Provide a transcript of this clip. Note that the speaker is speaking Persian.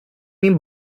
این